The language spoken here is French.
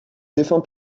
défunt